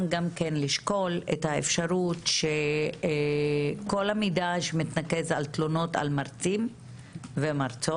לשקול את האפשרות שכל המידע שמתנקז על תלונות על מרצים ומרצות,